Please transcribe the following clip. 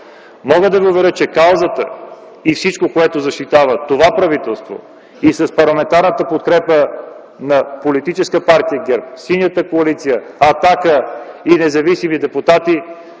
Мога да ви уверя, че каузата и всичко, което защитава това правителство с парламентарната подкрепа на политическа партия ГЕРБ, Синята коалиция, „Атака” и независимите депутати,